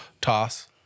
toss